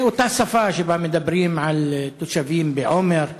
אותה שפה שבה מדברים אל תושבים בעומר,